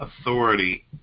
authority